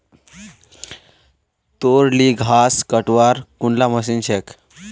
तोर ली घास कटवार कुनला मशीन छेक